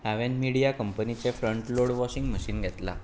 हांवे मिडीया कंपनीचें front load washing machine घेतलां